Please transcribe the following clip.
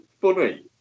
funny